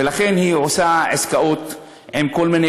ולכן היא עושה עסקאות עם כל מיני